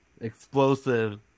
explosive